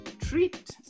treat